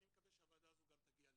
אני מקווה שהוועדה הזו גם תגיע לזה.